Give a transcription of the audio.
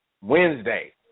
Wednesday